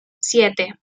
siete